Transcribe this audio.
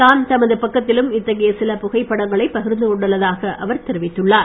தாம் தமது பக்கத்திலும் இத்தகைய சில புகைப்படங்களை பகிர்ந்து கொண்டுள்ளதாக அவர் தெரிவித்துள்ளார்